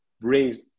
brings